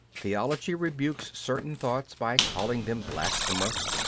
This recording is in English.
theology rebukes certain thoughts by calling them blasphemous.